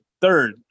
third